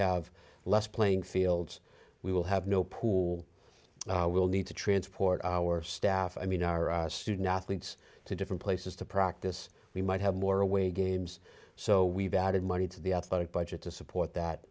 have less playing fields we will have no paul will need to transport our staff i mean our student athletes to different places to practice we might have more away games so we've added money to the athletic budget to support that